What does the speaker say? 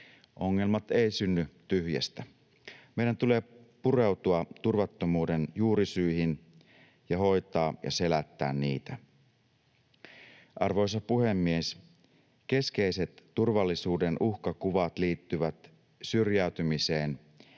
Ongelmat eivät synny tyhjästä. Meidän tulee pureutua turvattomuuden juurisyihin ja hoitaa ja selättää niitä. Arvoisa puhemies! Keskeiset turvallisuuden uhkakuvat liittyvät syrjäytymiseen